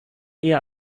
eher